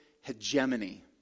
hegemony